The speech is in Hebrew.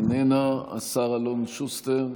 איננה, השר אלון שוסטר,